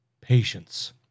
patience